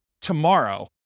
tomorrow